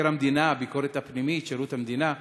מבקר המדינה, הביקורת הפנימית, שירות המדינה?